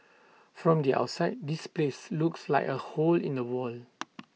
from the outside this place looks like A hole in the wall